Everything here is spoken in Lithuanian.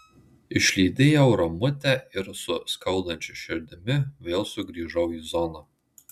išlydėjau ramutę ir su skaudančia širdimi vėl sugrįžau į zoną